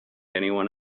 anyone